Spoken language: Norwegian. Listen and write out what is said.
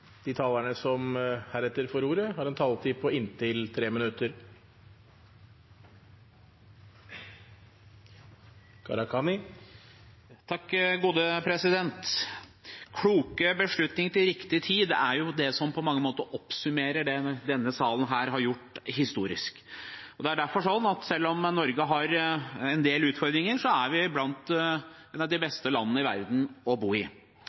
De talerne som heretter får ordet, har en taletid på inntil 3 minutter. Kloke beslutninger til riktig tid er det som på mange måter oppsummerer det denne salen har gjort historisk. Det er derfor slik at selv om Norge har en del utfordringer, er vi blant de beste land i verden å bo i.